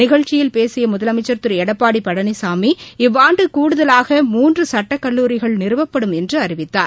நிகழ்ச்சியில் பேசியமுதலமைச்ச் திருளடப்பாடிபழனிசாமி இவ்வாண்டுகூடுதலாக மூன்றுசட்டக்கல்லூரிகள் நிறுவப்படும் என்றுஅறிவித்தார்